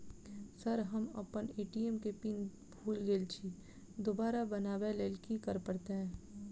Sir हम अप्पन ATM केँ पिन भूल गेल छी दोबारा बनाबै लेल की करऽ परतै?